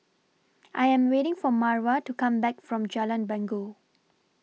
I Am waiting For Marva to Come Back from Jalan Bangau